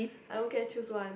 I dont care choose one